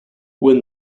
when